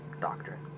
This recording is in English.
doctrine